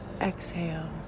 Exhale